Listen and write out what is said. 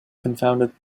confounded